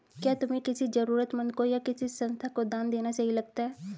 क्या तुम्हें किसी जरूरतमंद को या किसी संस्था को दान देना सही लगता है?